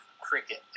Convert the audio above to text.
cricket